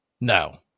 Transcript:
No